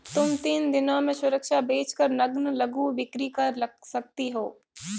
तुम तीन दिनों में सुरक्षा बेच कर नग्न लघु बिक्री कर सकती हो